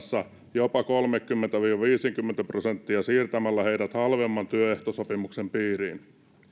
jopa kolmekymmentä viiva viisikymmentä prosenttia siirtämällä heidät halvemman työehtosopimuksen piiriin